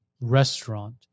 restaurant